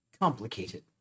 complicated